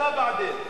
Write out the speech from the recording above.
דווקא אתה "בעדין".